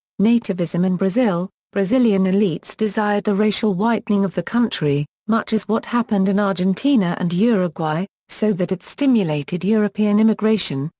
nativism in brazil brazilian elites desired the racial whitening of the country, much as what happened in argentina and uruguay, so that it stimulated european immigration,